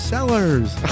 Sellers